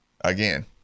again